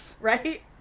Right